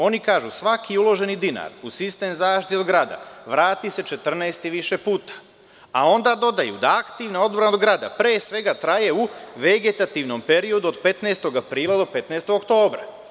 Oni kažu – svaki uloženi dinar u sistem zaštite od grada vrati se 14 i više puta, a onda dodaju da aktivna odbrana od grada pre svega traje u vegetativnom periodu od 15. aprila do 15. oktobra.